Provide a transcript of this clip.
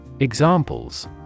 Examples